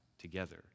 together